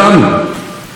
בונים את הגולן,